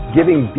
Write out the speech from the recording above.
giving